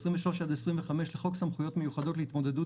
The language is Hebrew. ו-23 עד 25 לחוק סמכויות מיוחדות להתמודדות